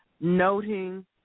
noting